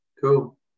Cool